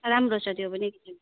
राम्रो छ त्यो पनि